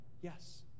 Yes